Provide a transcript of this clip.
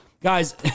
Guys